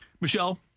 Michelle